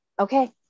Okay